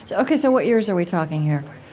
so ok, so what years are we talking here?